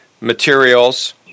materials